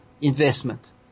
investment